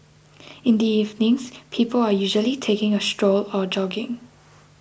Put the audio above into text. in the evenings people are usually taking a stroll or jogging